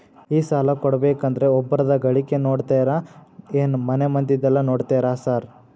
ಈ ಸಾಲ ಕೊಡ್ಬೇಕಂದ್ರೆ ಒಬ್ರದ ಗಳಿಕೆ ನೋಡ್ತೇರಾ ಏನ್ ಮನೆ ಮಂದಿದೆಲ್ಲ ನೋಡ್ತೇರಾ ಸಾರ್?